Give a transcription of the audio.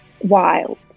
wild